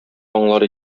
аңлар